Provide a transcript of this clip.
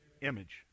image